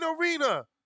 arena